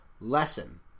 lesson